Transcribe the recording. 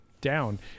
down